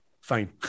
fine